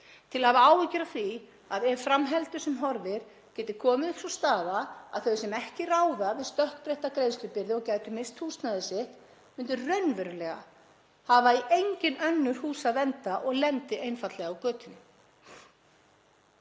til að hafa áhyggjur af því að ef fram heldur sem horfir geti komið upp sú staða að þau sem ekki ráða við stökkbreytta greiðslubyrði og gætu misst húsnæði sitt myndu raunverulega hafa í engin önnur hús að venda og lendi einfaldlega á götunni.